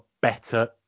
better